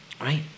right